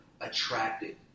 attracted